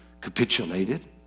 capitulated